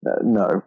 No